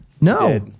No